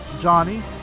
Johnny